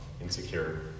insecure